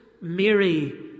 Mary